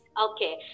okay